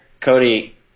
Cody